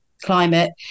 climate